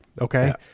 okay